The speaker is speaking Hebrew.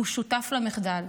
הוא שותף למחדל.